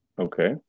Okay